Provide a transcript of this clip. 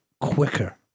quicker